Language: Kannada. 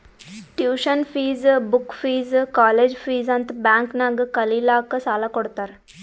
tuition fees, book fees, college fees ಅಂತ್ ಬ್ಯಾಂಕ್ ನಾಗ್ ಕಲಿಲ್ಲಾಕ್ಕ್ ಸಾಲಾ ಕೊಡ್ತಾರ್